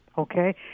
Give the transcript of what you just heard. Okay